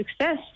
success